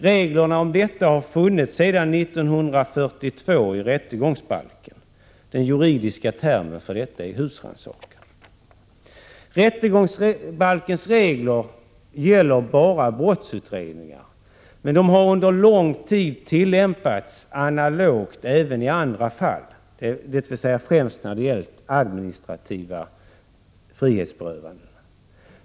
Regler om detta har funnits sedan 1942 i rättegångsbalken. Den juridiska termen för detta är husrannsakan. Rättegångsbalkens regler gäller bara brottsutredningar, men de har under lång tid tillämpats analogt även i andra fall, dvs. när det gällt främst administrativa frihetsberövanden.